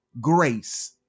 grace